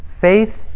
Faith